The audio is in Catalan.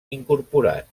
incorporat